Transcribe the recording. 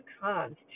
cons